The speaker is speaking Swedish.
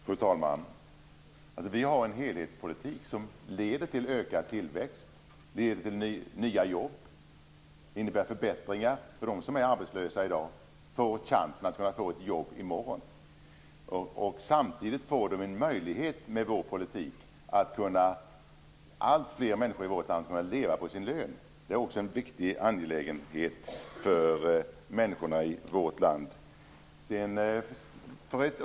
Fru talman! Vi har en helhetspolitik som leder till ökad tillväxt och nya jobb. Det innebär förbättringar för dem som är arbetslösa i dag. De får chansen att kunna få ett jobb i morgon. Med vår politik får samtidigt alltfler människor i vårt land en möjlighet att kunna leva på sin lön. Det är också en viktig angelägenhet för människor i vårt land.